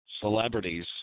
celebrities